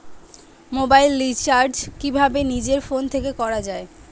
Mobile recharge কিভাবে নিজের phone থেকে করা য়ায়?